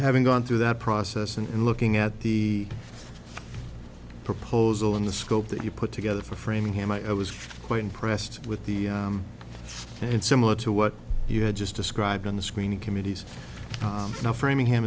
having gone through that process and looking at the proposal in the scope that you put together for framingham i was quite impressed with the and similar to what you had just described on the screen committees now framingham